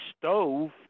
stove